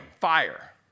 fire